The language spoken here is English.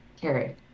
Carrie